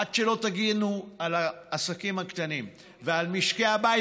עד שלא תגנו על העסקים הקטנים ועל משקי הבית